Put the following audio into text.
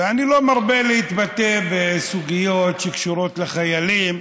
ואני לא מרבה להתבטא בסוגיות שקשורות לחיילים,